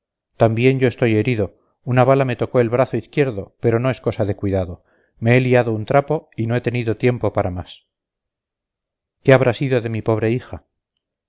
también yo estoy herido una bala me tocó el brazo izquierdo pero no es cosa de cuidado me he liado un trapo y no he tenido tiempo para más qué habrá sido de mi pobre hija